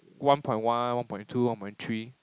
one point one one point two one point three